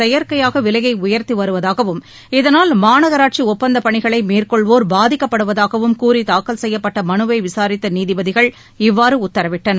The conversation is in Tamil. செயற்கையாக விலையை உயர்த்தி வருவதாகவும் இதனால் மாநகராட்சி ஒப்பந்தப் பணிகளை மேற்கொள்வோர் பாதிக்கப்படுவதாகவும் கூறி தாக்கல் செய்யப்பட்ட மனுவை விசாரித்த நீதிபதிகள் இவ்வாறு உத்தரவிட்டனர்